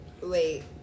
wait